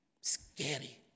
Scary